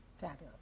Fabulous